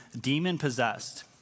demon-possessed